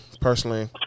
personally